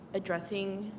addressing